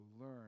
learn